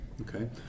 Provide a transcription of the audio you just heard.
Okay